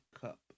cup